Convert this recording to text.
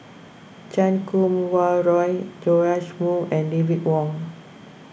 Chan Kum Wah Roy Joash Moo and David Wong